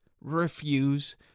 refuse